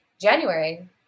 January